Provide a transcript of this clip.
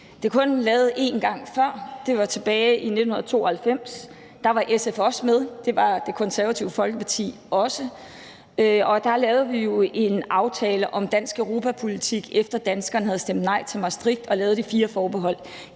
Det er kun lavet en gang før, og det var tilbage i 1992. Der var SF også med, det var Det Konservative Folkeparti også, og der lavede vi jo en aftale om dansk europapolitik, efter at danskerne havde stemt nej til Maastricht, og vi lavede de fire forbehold.